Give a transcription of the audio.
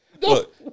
Look